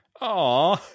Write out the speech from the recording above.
Aw